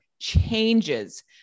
changes